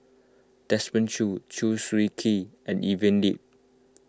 Desmond Choo Chew Swee Kee and Evelyn Lip